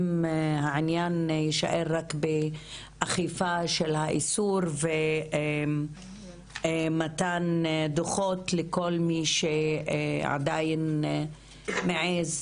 אם העניין יישאר רק באכיפה של האיסור ומתן דוחות לכל מי שעדיין מעז